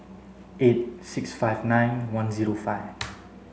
eight six five nine one zero five